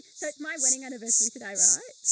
so it's my wedding anniversary today, right.